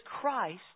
Christ